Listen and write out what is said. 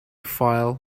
file